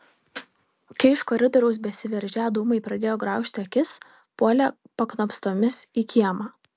kai iš koridoriaus besiveržią dūmai pradėjo graužti akis puolė paknopstomis į kiemą